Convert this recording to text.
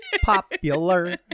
popular